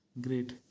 Great